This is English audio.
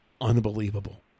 unbelievable